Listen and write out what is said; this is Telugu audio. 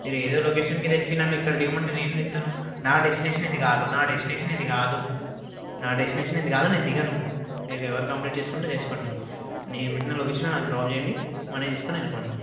మీరు ఏదో లొకేషన్కి తెచ్చి నన్ను ఇక్కడ దిగమంటే నేనెందుకు దిగుతాను నా డెస్టినేేషన్ ఇది కాదు నా డెస్టినేషన్ ఇది కాదు నా డెస్టిటేషన్ ఇది కాదు నేను దిగను మీరు ఎవరికీ కంప్లైంట్ చేసుకుంటే చేసుకోండి నేను పెట్టిన లొకేషన్ నన్ను డ్రాప్ చేయండి మనీ తీసుకుని వెళ్ళిపోండి